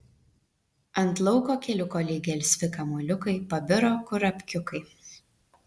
ant lauko keliuko lyg gelsvi kamuoliukai pabiro kurapkiukai